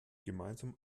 gemeinsam